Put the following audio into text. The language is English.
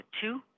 two